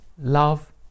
love